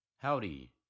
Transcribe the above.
Howdy